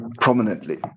prominently